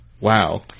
Wow